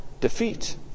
defeat